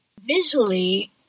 Visually